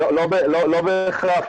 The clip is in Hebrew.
לא בהכרח,